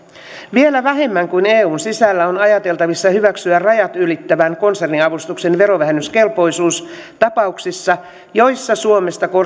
vielä vähemmän kuin eun sisällä on ajateltavissa hyväksyä rajat ylittävän konserniavustuksen verovähennyskelpoisuus tapauksissa joissa suomesta